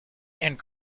and